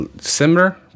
similar